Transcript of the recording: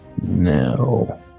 no